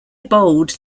bold